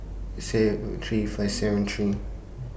six three five seven three